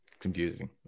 Confusing